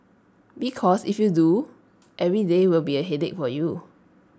because if you do every day will be A headache for you